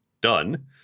done